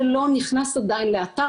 שאנשים שאין להם לחם לאכול,